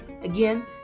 Again